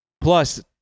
Plus